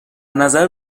نظر